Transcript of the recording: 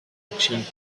action